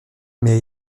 mais